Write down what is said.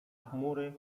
chmury